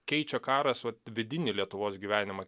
keičia karas va vidinį lietuvos gyvenimą